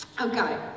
okay